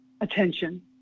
attention